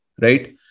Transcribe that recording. right